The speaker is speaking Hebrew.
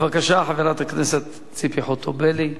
בבקשה, חברת הכנסת ציפי חוטובלי.